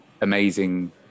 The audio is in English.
amazing